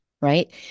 Right